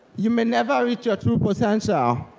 you may never reach your true potential.